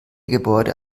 gebäude